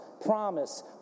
promise